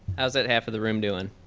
how's that half of the room doing?